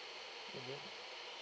mmhmm